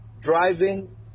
driving